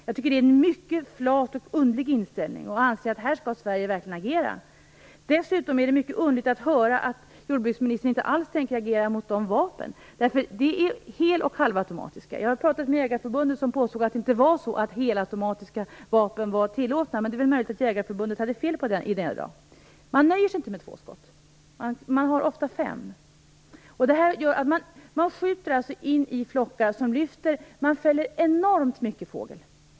Jag tycker att det är en mycket flat och underlig inställning. Här borde Sverige verkligen agera! Dessutom är det mycket underligt att höra att jordbruksministern inte alls tänker reagera mot de vapen jag tar upp i interpellationen. Det handlar alltså om hel och halvautomatiska vapen. När jag pratat med Jägareförbundet har man påstått att helautomatiska vapen inte var tillåtna, men det är möjligt att Jägareförbundet hade fel där. Man nöjer sig inte med två skott, utan man har ofta fem. Det här gör att när man skjuter in i flockar som lyfter fäller man enormt mycket fågel.